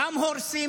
גם הורסים